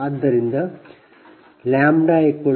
ಆದ್ದರಿಂದ λ 117